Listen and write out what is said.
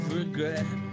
regret